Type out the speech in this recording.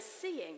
seeing